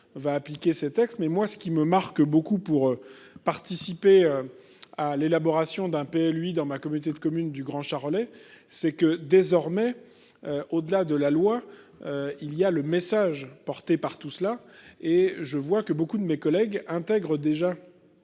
va appliquer ces textes mais moi ce qui me marque beaucoup pour participer. À l'élaboration d'un lui dans ma communauté de communes du Grand charolais c'est que désormais. Au-delà de la loi. Il y a le message porté par tout cela et je vois que beaucoup de mes collègues intègre déjà.